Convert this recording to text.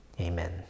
Amen